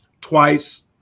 twice